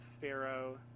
pharaoh